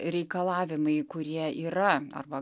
reikalavimai kurie yra arba